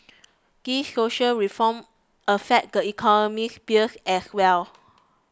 these social reforms affect the economic sphere as well